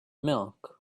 milk